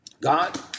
God